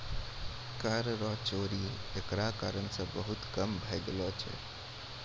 कर रो चोरी एकरा कारण से बहुत कम भै गेलो छै